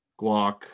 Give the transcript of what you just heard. guac